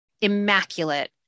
immaculate